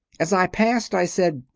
as i passed, i said,